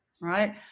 right